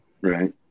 right